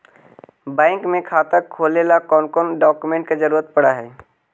Bank में खाता खोले ल कौन कौन डाउकमेंट के जरूरत पड़ है?